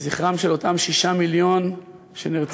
לזכרם של אותם שישה מיליון שנרצחו,